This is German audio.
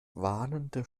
warnende